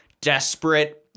desperate